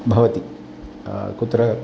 भवति कुत्र